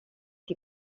you